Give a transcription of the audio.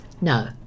no